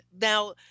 now